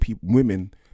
women